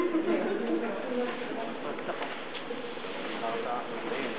הכנסת אילן